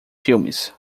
filmes